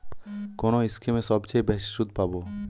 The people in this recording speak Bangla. কোন স্কিমে সবচেয়ে বেশি সুদ পাব?